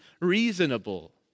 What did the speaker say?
reasonable